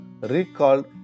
recalled